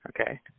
Okay